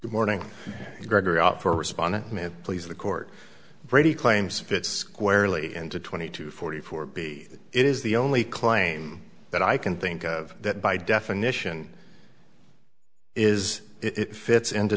thank morning grigory out for responding please the court brady claims fit squarely into twenty two forty four b it is the only claim that i can think of that by definition is it fits into